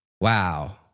wow